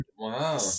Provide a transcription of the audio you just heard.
Wow